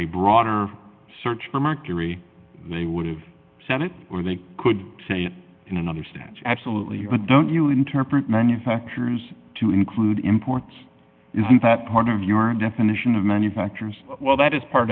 a broader search for marjorie they would've said it or they could say it in another sense absolutely but don't you interpret manufacturers to include imports isn't that part of your definition of manufactures well that is part